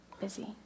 busy